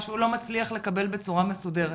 מה שהוא לא מצליח לקבל בצורה מסודרת.